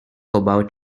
about